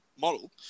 model